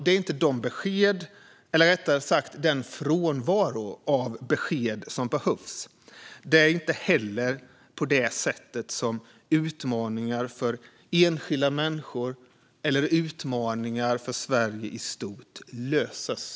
Det är inte dessa besked, eller rättare sagt den frånvaro av besked, som behövs. Det är inte heller på det sättet som utmaningar för enskilda människor eller utmaningar för Sverige i stort löses.